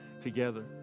together